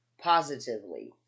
positively